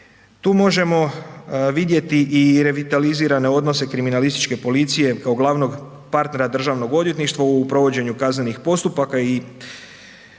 Tu možemo vidjeti i revitalizirane odnose kriminalističke policije kao glavnog partera Državnog odvjetništva u provođenju kaznenih postupaka